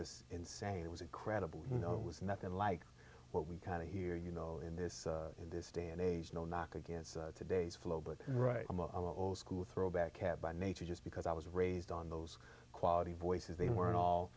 just insane it was incredible you know it was nothing like what we kind of hear you know in this in this day and age no knock against today's flow but right imo school throwback had by nature just because i was raised on those quality voices they weren't all